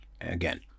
again